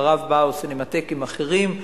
אחריו באו סינמטקים אחרים,